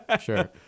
sure